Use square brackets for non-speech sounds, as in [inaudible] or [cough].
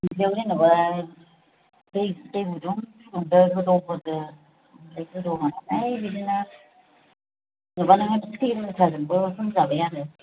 [unintelligible] जेनेबा दै गुदुं फुदुंदो गोदौ होदो ओमफ्राय गोदौ होनानै बिदिनो [unintelligible] दोनजाबाय आरो